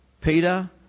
Peter